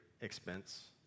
expense